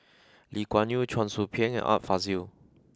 Lee Kuan Yew Cheong Soo Pieng and Art Fazil